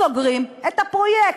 סוגרים את הפרויקט.